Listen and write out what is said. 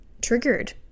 triggered